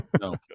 No